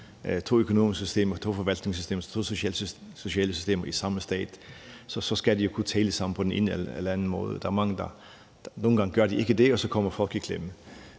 to økonomiske systemer, to forvaltningssystemer, to sociale systemer i samme stat, så skal de jo kunne tale sammen på den ene eller anden måde. Nogle gange gør de ikke det, og så kommer folk i klemme.